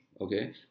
okay